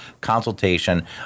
consultation